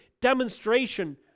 demonstration